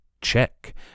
Check